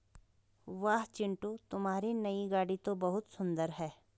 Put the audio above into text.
वाह चिंटू तुम्हारी नई गाड़ी तो बहुत सुंदर है